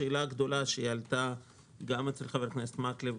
שאלה גדולה שעלתה גם אצל חבר הכנסת מקלב,